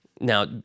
Now